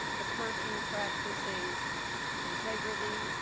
the person practicing integrity,